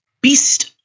beast